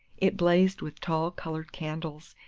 it blazed with tall colored candles,